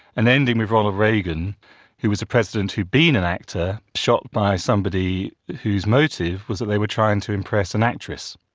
and ending with ronald reagan who was a president who had been an actor, shot by somebody whose motive was that they were trying to impress an actress,